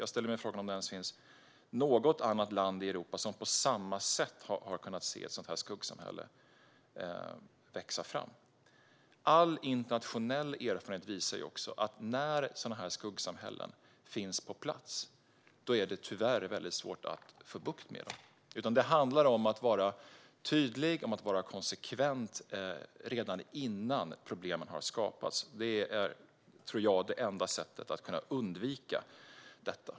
Jag ställer mig frågan om det ens finns något annat land i Europa som på samma sätt har kunnat se ett sådant skuggsamhälle växa fram. All internationell erfarenhet visar att sådana här skuggsamhällen är väldigt svåra att få bukt med när de väl finns på plats. Det handlar om att vara tydlig och konsekvent redan innan problemen har skapats. Det tror jag är det enda sättet att kunna undvika detta.